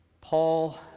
Paul